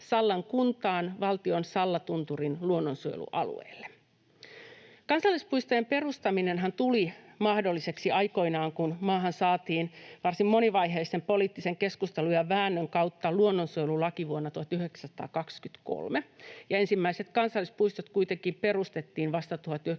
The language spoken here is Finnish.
Sallan kuntaan valtion Sallatunturin luonnonsuojelualueelle. Kansallispuistojen perustaminenhan tuli mahdolliseksi aikoinaan, kun maahan saatiin varsin monivaiheisen poliittisen keskustelun ja väännön kautta luonnonsuojelulaki vuonna 1923. Ensimmäiset kansallispuistot kuitenkin perustettiin vasta 1938.